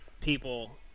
people